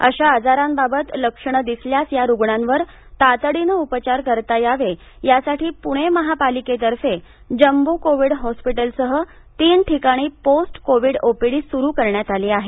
अशा आजारांबाबत लक्षणं दिसल्यास या रुग्णांवर तातडीनं उपचार करता यावे यासाठी पुणे महापालिकेतर्फे जंबो कोविड हॉस्पिटलसह तीन ठिकाणी पोस्ट कोविड ओपीडी सुरू करण्यात आली आहे